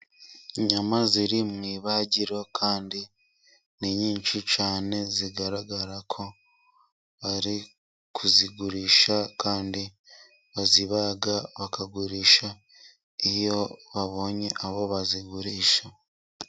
Inyama ziri mu ibagiro kandi ni nyinshi cyane, zigaragara ko bari kuzigurisha kandi bazibaga bakagurisha, iyo babonye aho bazigurisha.